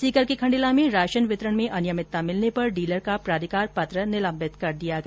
सीकर के खंडेला में राशन वितरण में अनियमितता मिलने पर डीलर का प्राधिकार पत्र निलम्बित कर दिया गया